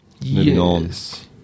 Yes